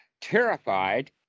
terrified